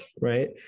Right